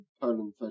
Poland